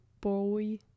boy